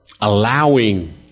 allowing